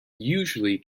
usually